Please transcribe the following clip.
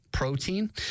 protein